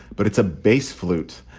but it's a bass flute,